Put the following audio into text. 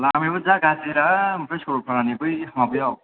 लामायाबो जा गाज्रिब्रा ओमफ्राय सरलफारानि बै माबायाव